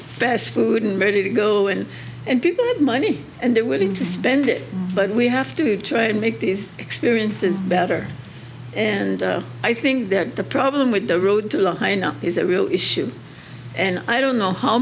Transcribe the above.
fast food and ready to go in and people have money and they're willing to spend it but we have to try to make these experiences better and i think that the problem with the road to line up is a real issue and i don't know how